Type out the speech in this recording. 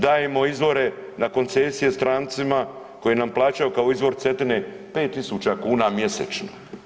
Dajemo izvore na koncesiju strancima koji nam plaćaju kao izvor Cetine, 5000 kn mjesečno.